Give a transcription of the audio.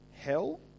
hell